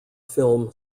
film